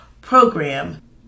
program